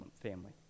family